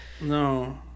no